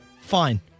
fine